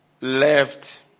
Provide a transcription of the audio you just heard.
left